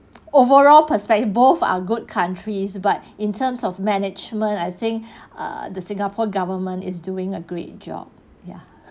overall perspective both are good countries but in terms of management I think uh the singapore government is doing a great job ya